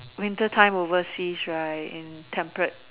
winter time overseas right in temperate